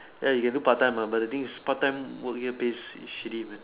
ya you can do part time uh but the thing is part time work here pays is shitty man